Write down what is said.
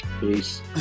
Peace